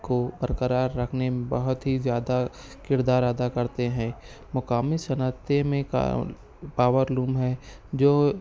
کو برقرار رکھنے میں بہت ہی زیادہ کردار ادا کرتے ہیں مقامی صنعتیں میں کا پاورلوم ہے جو